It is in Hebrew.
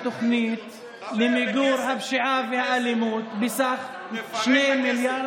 קיבלתי תוכנית למיגור הפשיעה והאלימות בסך 2.5 מיליארד.